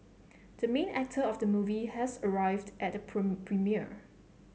the main actor of the movie has arrived at the premiere